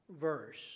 verse